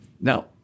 Now